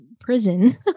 prison